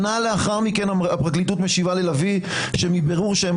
שנה לאחר מכן הפרקליטות משיבה ללביא שמבירור שהם